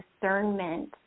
discernment